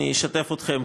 אני אשתף אתכם,